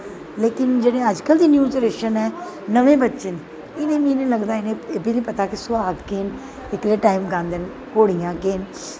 लेकिन जेह्ड़ी अजकल्ल दी न्यू जनरेशन ऐ नमें बच्चे न इ'नेंगी मीं निं लगदा कि इ'नें गी एह् बी नेईं पता ऐ सोहाग केह् न केह्ड़े टाईम गांदे न घोड़ियां केह् न